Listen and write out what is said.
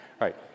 right